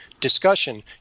discussion